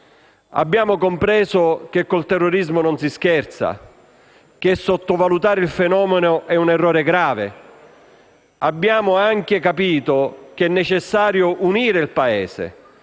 Abbiamo compreso che con il terrorismo non si scherza, che sottovalutare il fenomeno è un errore grave. Abbiamo anche capito che è necessario unire il Paese